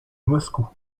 moscou